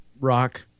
Rock